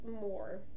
more